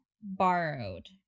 borrowed